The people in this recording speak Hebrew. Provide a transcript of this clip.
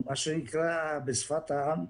מה שנקרא בשפת העם,